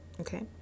okay